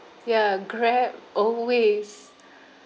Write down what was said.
ya Grab always